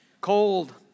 Cold